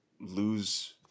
lose